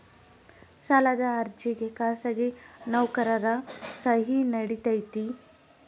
ಸಾಲದ ಅರ್ಜಿಗೆ ಖಾಸಗಿ ನೌಕರರ ಸಹಿ ನಡಿತೈತಿ?